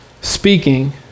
speaking